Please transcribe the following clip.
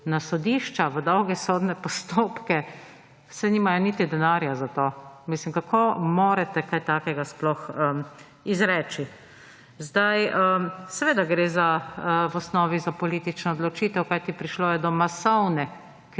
na sodišča, v dolge sodne postopke – saj nimajo niti denarja za to! Mislim, kako morate kaj takega sploh izreči! Seveda gre v osnovi za politično odločitev, kajti prišlo je do masovne